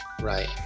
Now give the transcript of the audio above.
Right